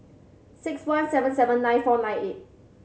six one seven seven nine four nine eight